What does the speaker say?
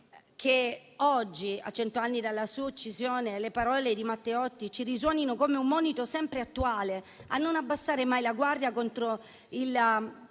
che oggi, a cento anni dalla sua uccisione, le parole di Matteotti ci risuonino come un monito sempre attuale a non abbassare mai la guardia contro il